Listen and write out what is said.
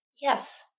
Yes